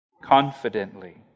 Confidently